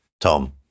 tom